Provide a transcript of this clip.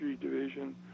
Division